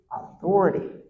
authority